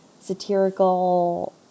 satirical